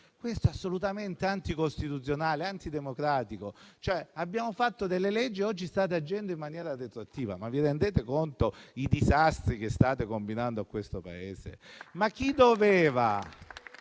Questo è assolutamente anticostituzionale e antidemocratico. Abbiamo fatto delle leggi e oggi state agendo in maniera retroattiva. Vi rendete conto dei disastri che state combinando a questo Paese?